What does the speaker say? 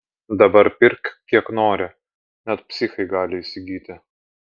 dabar pirk kiek nori net psichai gali įsigyti